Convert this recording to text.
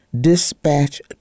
dispatch